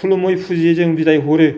खुलुमै फुजियै जों बिदाय हरो